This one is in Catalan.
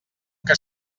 que